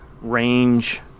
range